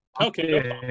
Okay